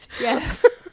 yes